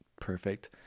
Perfect